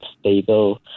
stable